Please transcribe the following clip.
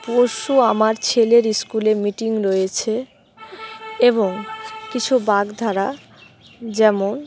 পরশু আমার ছেলের স্কুলে মিটিং রয়েছে এবং কিছু বাগধারা যেমন